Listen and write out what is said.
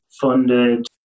funded